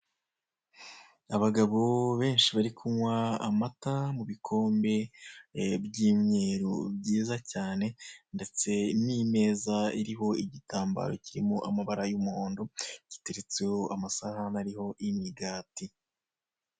Abagabo benshi bari kunywa amata, mu bikombe by'imyeru byiza cyane; ndetse n'imeza iriho igitambaro kirimo amabara y'umuhondo giteretseho amasahne ariho imigati.